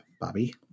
Bobby